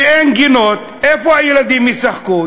כשאין גינות, איפה הילדים ישחקו?